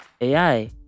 AI